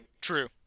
True